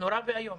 נורא ואיום.